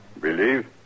believe